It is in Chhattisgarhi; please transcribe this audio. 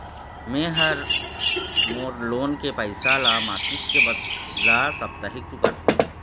में ह मोर लोन के पैसा ला मासिक के बदला साप्ताहिक चुकाथों